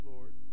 Lord